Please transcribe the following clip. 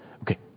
Okay